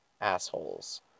assholes